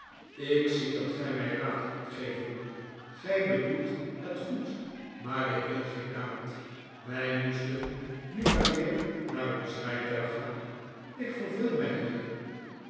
ik zie dat gij mij raad wilt geven gij bedoelt het goed maar ik wil geen raad wij moesten nu maar weer naar ons rijtuig gaan ik verveel mij hier